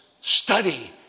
study